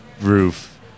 roof